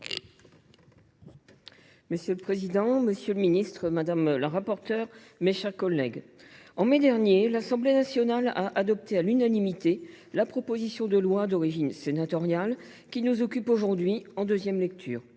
Monsieur le président, monsieur le ministre, mes chers collègues, en mai dernier, l’Assemblée nationale a adopté à l’unanimité la proposition de loi d’origine sénatoriale qui nous est soumise aujourd’hui en deuxième lecture